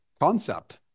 concept